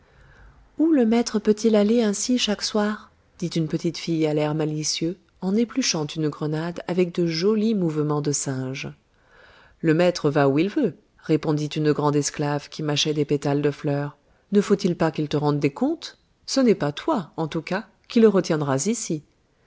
où le maître peut-il aller ainsi chaque soir dit une petite fille à l'air malicieux en épluchant une grenade avec de jolis mouvements de singe le maître va où il veut répondit une grande esclave qui mâchait des pétales de fleur ne faut-il pas qu'il te rende des comptes ce n'est pas toi en tout cas qui le retiendras ici